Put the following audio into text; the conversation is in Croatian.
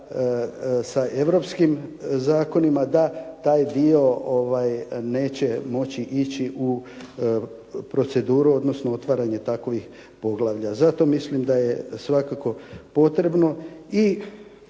sa europskim zakonima da taj dio neće moći ići u proceduru, odnosno otvaranje takvih poglavlja. Zato mislim da je svakako potrebno i